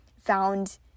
found